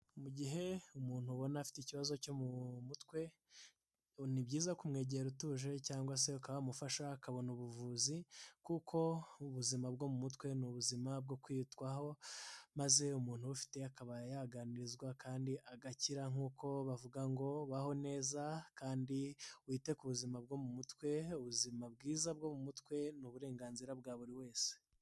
Mu gihe umuntu ubona afite ikibazo cyo mu mutwe, ni byiza kumwegera utuje cyangwa se ukaba wamufasha akabona ubuvuzi, kuko ubuzima bwo mu mutwe ni ubuzima bwo kwitwaho, maze umuntu ubufite akaba yaganirizwa kandi agakira nk'uko bavuga ngo baho neza kandi wite ku buzima bwo mu mutwe, ubuzima bwiza bwo mu mutwe ni uburenganzira bwa buri wese.